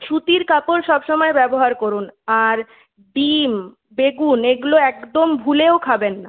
সুতির কাপড় সব সমায় ব্যবহার করুন আর ডিম বেগুন এগুলো একদম ভুলেও খাবেন না